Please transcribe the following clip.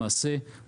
למעשה,